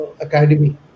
academy